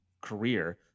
career